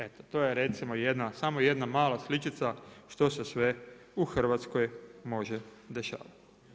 Eto to je recimo samo jedna mala sličica što se sve u Hrvatskoj može dešavati.